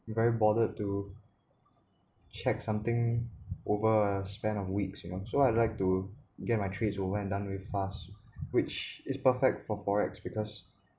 very bothered to check something over a span of weeks you know so I'd like to get my trades over and done very fast which is perfect for forex because